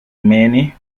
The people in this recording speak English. many